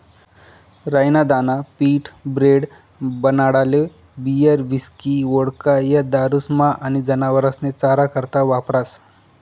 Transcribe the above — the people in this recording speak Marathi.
राई ना दाना पीठ, ब्रेड, बनाडाले बीयर, हिस्की, वोडका, या दारुस्मा आनी जनावरेस्ना चारा करता वापरास